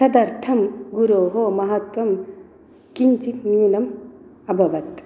तदर्थं गुरोः महत्त्वं किञ्चित् न्यूनम् अभवत्